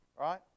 right